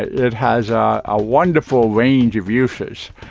it has a wonderful range of uses,